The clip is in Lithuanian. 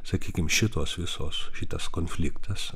sakykim šitos visos šitas konfliktas